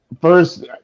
First